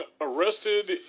arrested